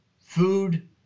food